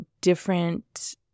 different